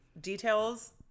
details